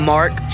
Mark